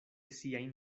siajn